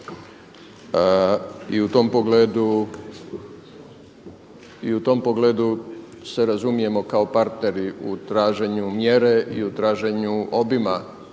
I u tom pogledu se razumijemo kao partneri u traženju mjere i u traženju obima